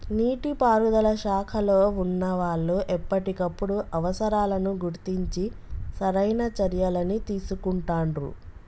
నీటి పారుదల శాఖలో వున్నా వాళ్లు ఎప్పటికప్పుడు అవసరాలను గుర్తించి సరైన చర్యలని తీసుకుంటాండ్రు